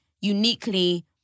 uniquely